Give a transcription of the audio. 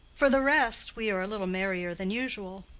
for the rest, we are a little merrier than usual.